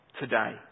today